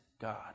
God